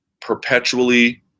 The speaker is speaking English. perpetually